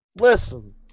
Listen